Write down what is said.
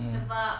mm mm